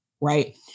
right